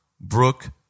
Brooke